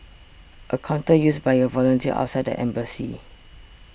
a counter used by a volunteer outside the embassy